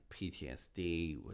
PTSD